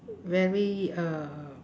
very uh